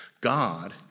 God